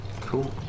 Cool